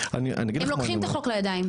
הם לוקחים את החוק לידיים,